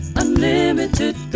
unlimited